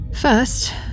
First